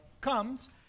comes